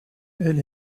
elle